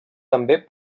també